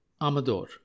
Amador